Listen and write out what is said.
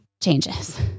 changes